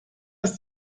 ist